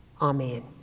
Amen